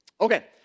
Okay